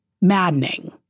maddening